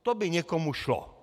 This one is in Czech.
To by někomu šlo.